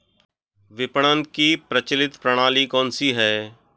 विपणन की प्रचलित प्रणाली कौनसी है?